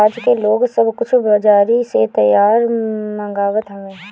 आजके लोग सब कुछ बजारी से तैयार मंगवात हवे